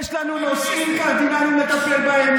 יש לנו נושאים קרדינליים לטפל בהם.